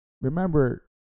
remember